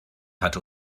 hat